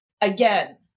Again